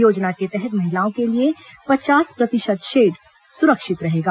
योजना के तहत महिलाओं के लिए पचास प्रतिशत शेड सुरक्षित रहेगा